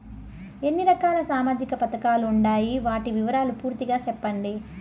ఎన్ని రకాల సామాజిక పథకాలు ఉండాయి? వాటి వివరాలు పూర్తిగా సెప్పండి?